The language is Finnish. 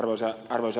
arvoisa puhemies